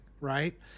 right